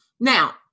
Now